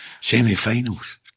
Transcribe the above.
semi-finals